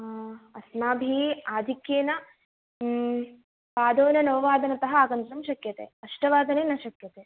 अस्माभिः आधिक्येन पादोननववादने आगन्तुं शक्यते अष्टवादने न शक्यते